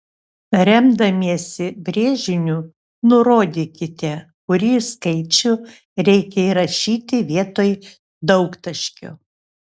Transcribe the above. remdamiesi brėžiniu nurodykite kurį skaičių reikia įrašyti vietoj daugtaškio